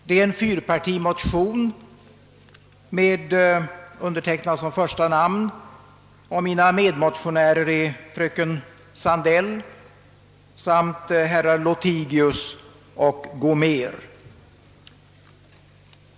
Det är en fyrpartimotion, där jag står som första namn med fröken Sandell, herr Lothigius och herr Gomér som medmotionärer.